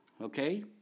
okay